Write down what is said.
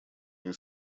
они